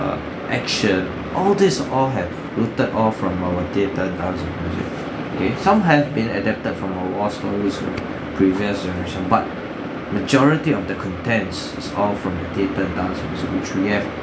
uh action all this uh all have rooted all from our theatre dance or music okay some have been adapted from our previous generation but majority of the contents is all from the theatre dance music which we have